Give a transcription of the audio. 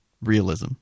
realism